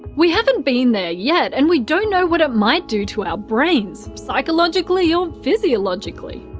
we haven't been there yet, and we don't know what it might do to our brains psychologically or physiologically.